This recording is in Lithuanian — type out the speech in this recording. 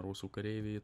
rusų kareiviai